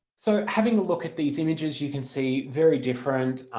so having a look at these images you can see very different,